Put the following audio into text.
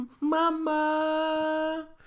mama